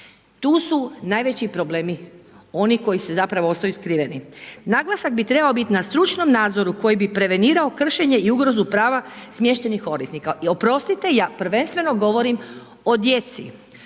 Tu su najveći problemi oni koji zapravo ostaju skriveni. Naglasak bi trebao biti na stručnom nadzoru koji bi prevenirao kršenje i ugrozu prava smještenih korisnika i oprostite, ja prvenstveno govorim o djeci.